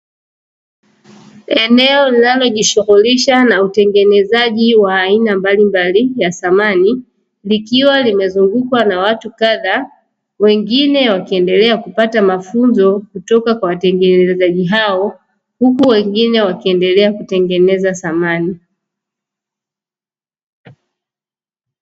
Eneo linalojishughulisha na utengenezaji wa aina mbalimbali ya samani, likiwa limezungukwa na watu kadhaa, wengine wakiendelea kupata mafunzo kutoka kwa wategenezaji hao, huku wengine wakiendelea kutengeneza samani.